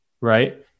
right